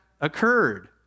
occurred